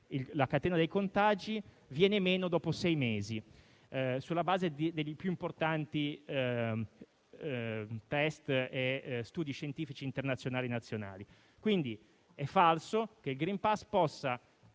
la catena dei contagi viene meno dopo sei mesi, sulla base dei più importanti test e studi scientifici internazionali e nazionali. Quindi, è falso che il *green pass* possa